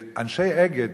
מאנטישמיות.